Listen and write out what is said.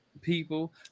people